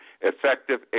effective